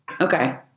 Okay